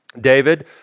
David